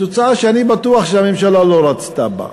תוצאה שאני בטוח שהממשלה לא רצתה בה.